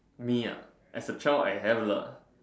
me ah as a child I have lah